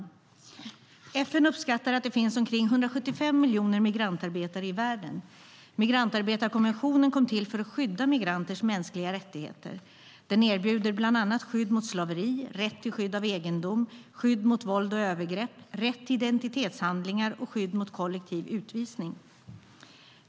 FN uppskattar att det finns omkring 175 miljoner migrantarbetare i världen. Migrantarbetarkonventionen kom till för att skydda migranters mänskliga rättigheter. Den erbjuder bland annat skydd mot slaveri, rätt till skydd av egendom, skydd mot våld och övergrepp, rätt till identitetshandlingar och skydd mot kollektiv utvisning.